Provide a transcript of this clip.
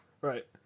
Right